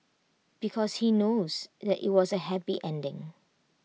because he knows that IT has A happy ending